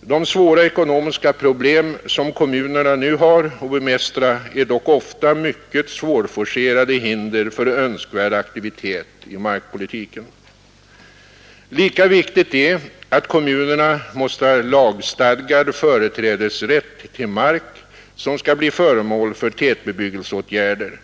De svåra ekonomiska problem som kommunerna nu har att bemästra är dock ofta mycket svårforcerade hinder för önskvärd aktivitet i markpolitiken. Lika viktigt är att kommunerna måste ha lagstadgad företrädesrätt till mark, som skall bli föremål för tätbebyggelseåtgärder.